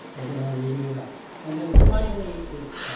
they don't want to reveal that and then finally, it's